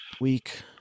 Week